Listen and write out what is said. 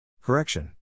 Correction